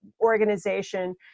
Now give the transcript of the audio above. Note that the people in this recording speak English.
organization